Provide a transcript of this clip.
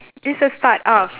it's a start ah